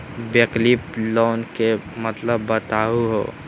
वैकल्पिक लोन के मतलब बताहु हो?